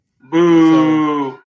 Boo